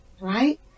Right